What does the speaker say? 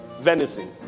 venison